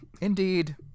Indeed